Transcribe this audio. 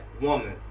woman